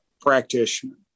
practitioner